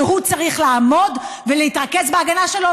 הוא צריך לעמוד ולהתרכז בהגנה שלו.